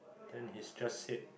then he just said